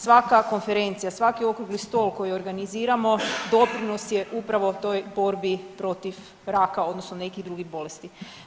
Svaka konferencija, svaki okrugli stol koji organiziramo doprinos je upravo toj borbi protiv raka odnosno nekih drugih bolesti.